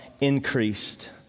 increased